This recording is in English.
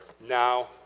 now